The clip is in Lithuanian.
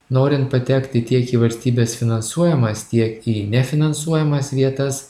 norint patekti tiek į valstybės finansuojamas tiek į nefinansuojamas vietas